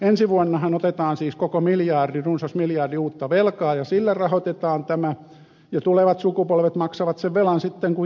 ensi vuonnahan otetaan siis koko runsas miljardi uutta velkaa ja sillä rahoitetaan tämä ja tulevat sukupolvet maksavat sen velan sitten kun jaksavat